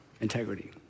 integrity